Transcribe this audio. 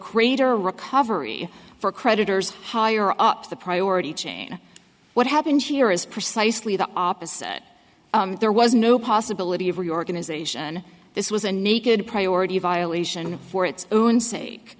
greater recovery for creditors higher up the priority chain what happened here is precisely the opposite there was no possibility of reorganization this was a naked priority violation for its own sake